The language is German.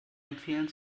empfehlen